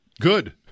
Good